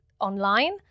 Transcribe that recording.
online